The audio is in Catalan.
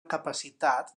capacitat